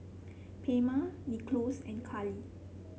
Palma Nicklaus and Kali